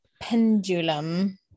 Pendulum